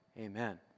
amen